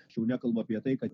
aš jau nekalbu apie tai kad